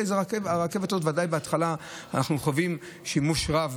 ברכבת ודאי בהתחלה אנחנו חווים שימוש רב